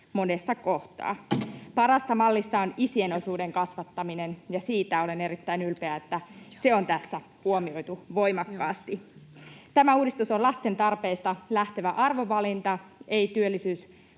monessa kohtaa. Parasta mallissa on isien osuuden kasvattaminen, ja siitä olen erittäin ylpeä, että se on tässä huomioitu voimakkaasti. Tämä uudistus on lasten tarpeista lähtevä arvovalinta, ei